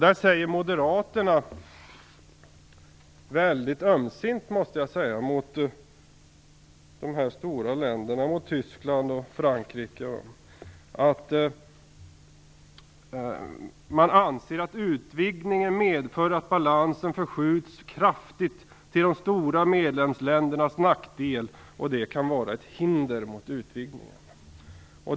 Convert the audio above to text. Där säger Moderaterna - väldigt ömsint mot de stora länderna Tyskland och Frankrike - att man anser att "om utvidgningen medför att balansen förskjuts kraftigt till de stora medlemsländernas nackdel kan det vara ett hinder mot utvidgningen".